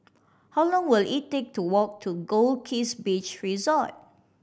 how long will it take to walk to Goldkist Beach Resort